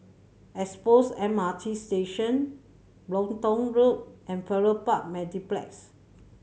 Expo M R T Station Brompton Road and Farrer Park Mediplex